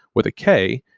with a k,